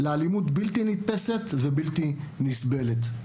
לאלימות בלתי נתפסת ובלתי נסבלת.